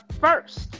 first